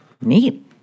Neat